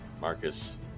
Marcus